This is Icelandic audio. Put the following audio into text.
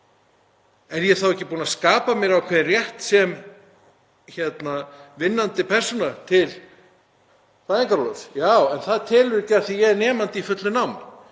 Er ég þá ekki búinn að skapa mér ákveðinn rétt sem vinnandi manneskja til fæðingarorlofs? Jú, en það telur ekki af því að ég er nemandi í fullu námi.